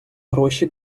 гроші